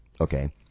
Okay